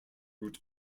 root